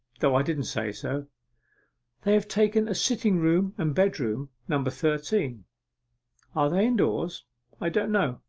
though i didn't say so they have taken a sitting-room and bedroom, number thirteen are they indoors i don't know.